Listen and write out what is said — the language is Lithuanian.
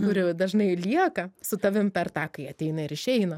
kuri dažnai lieka su tavim per tą kai ateina ir išeina